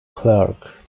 clerk